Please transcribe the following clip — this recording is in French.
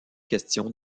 question